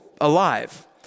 alive